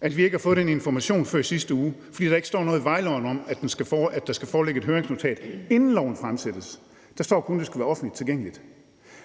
at vi ikke har fået den information før i sidste uge, fordi der ikke står noget i vejloven om, at der skal foreligge et høringsnotat, inden loven fremsættes. Der står kun, at det skal være offentligt tilgængeligt.